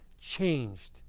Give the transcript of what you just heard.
changed